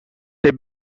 they